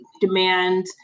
demand